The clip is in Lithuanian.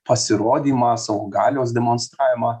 pasirodymą savo galios demonstravimą